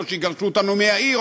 או שיגרשו אותנו מהעיר,